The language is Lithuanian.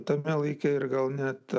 tame laike ir gal net